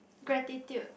gratitude